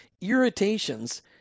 irritations